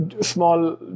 small